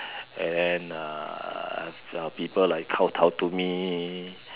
and uh have people like kow-tow to me